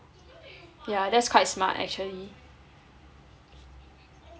yeah that's quite smart actually